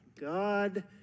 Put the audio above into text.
God